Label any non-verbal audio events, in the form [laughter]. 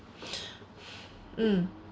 [breath] mm